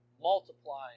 multiplying